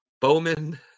Bowman